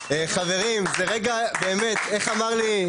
חברים, זה רגע, באמת, איך אמר לי,